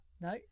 No